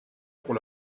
pour